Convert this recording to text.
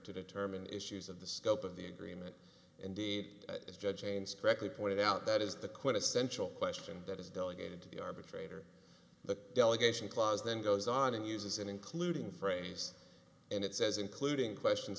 to determine issues of the scope of the agreement indeed as judge james correctly pointed out that is the quintessential question that is delegated to the arbitrator the delegation clause then goes on and uses it including phrase and it says including questions